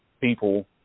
people